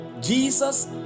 jesus